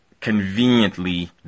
conveniently